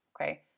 Okay